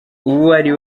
uwari